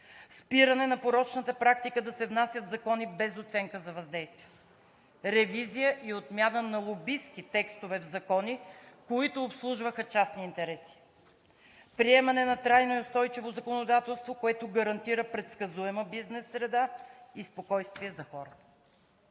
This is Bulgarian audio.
спиране на порочната практика да се внасят закони без оценка за въздействие; ревизия и отмяна на лобистки текстове в закони, които обслужваха частни интереси; приемане на трайно и устойчиво законодателство, което гарантира предсказуема бизнес среда и спокойствие за хората.